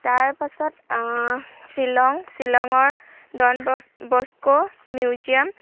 তাৰপাছত শ্বিলং শ্বিলঙৰ Don Bosco museum